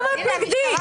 המשטרה